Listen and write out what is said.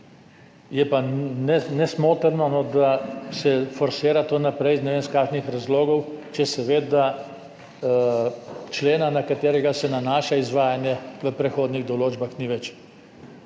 Je pa nesmotrno, da se forsira to naprej iz ne vem kakšnih razlogov, če se ve, da člena, na katerega se nanaša izvajanje, v prehodnih določbah ni več.